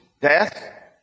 death